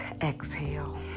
exhale